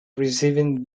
receiving